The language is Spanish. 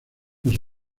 los